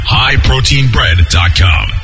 highproteinbread.com